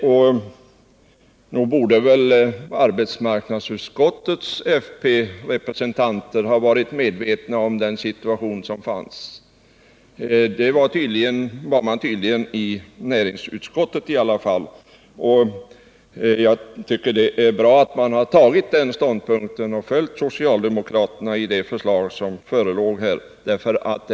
Men nog borde väl arbetsmarknadsutskottets fp-representanter ha varit medvetna om den situation som rådde; det var man tydligen i näringsutskottet i alla fall. Jag tycker det är bra att man har tagit den ståndpunkten och följt socialdemokraterna i det förslag som förelåg där.